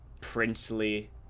princely